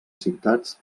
ciutats